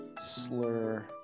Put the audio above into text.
Slur